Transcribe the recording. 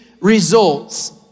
results